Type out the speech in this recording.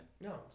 No